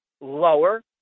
lower